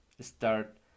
start